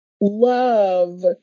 love